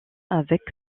avec